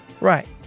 Right